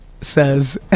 says